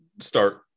start